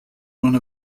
one